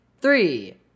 Three